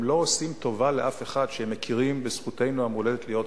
הם לא עושים טובה לאף אחד שהם מכירים בזכותנו המולדת להיות כאן.